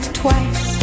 twice